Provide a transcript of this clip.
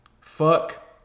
Fuck